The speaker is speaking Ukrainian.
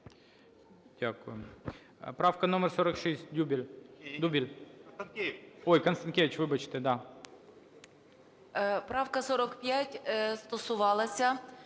Правка 45 стосувалася